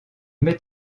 met